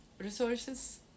Resources